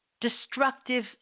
destructive